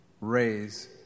raise